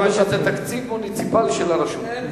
מפני שזה תקציב מוניציפלי של הרשות.